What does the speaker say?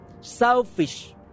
selfish